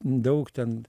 daug ten